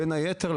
בין היתר,